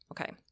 Okay